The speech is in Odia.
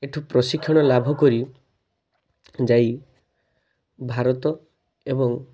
ଏଠୁ ପ୍ରଶିକ୍ଷଣ ଲାଭ କରି ଯାଇ ଭାରତ ଏବଂ